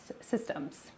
systems